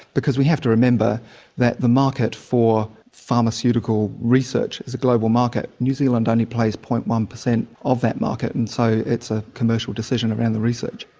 because we have to remember that the market for pharmaceutical research is a global market. new zealand only plays zero. one percent of that market, and so it's a commercial decision around the research.